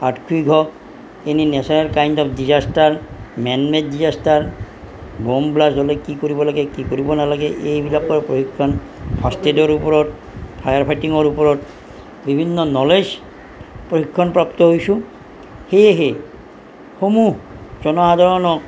earthquake হওক any natural kind of disaster man made disaster bomb blast হ'লে কি কৰিব লাগে কি কৰিব নালাগে এইবিলাকৰ প্ৰশিক্ষণ ফাৰ্ষ্ট এইডৰ ওপৰত ফায়াৰ ফাইটিঙৰ ওপৰত বিভিন্ন ন'লেজ প্ৰশিক্ষণ প্ৰাপ্ত হৈছোঁ সেয়েহে সমূহ জনসাধাৰক